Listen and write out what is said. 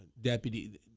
deputy